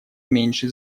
меньше